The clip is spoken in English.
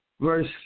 Verse